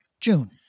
June